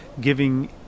giving